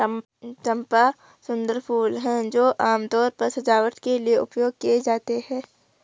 चंपा सुंदर फूल हैं जो आमतौर पर सजावट के लिए उपयोग किए जाते हैं